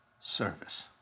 service